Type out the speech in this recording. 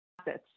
assets